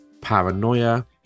paranoia